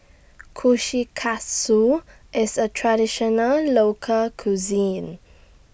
Kushikatsu IS A Traditional Local Cuisine